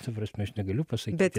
ta prasme aš negaliu pasakyti